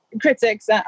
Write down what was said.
critics